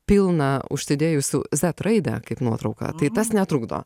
pilna užsidėjusių zet raidę kaip nuotrauką tai tas netrukdo